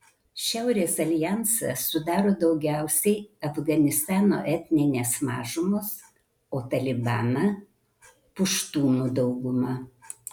šiaurės aljansą sudaro daugiausiai afganistano etninės mažumos o talibaną puštūnų dauguma